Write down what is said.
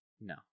no